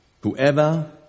whoever